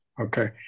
okay